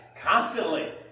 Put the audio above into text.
constantly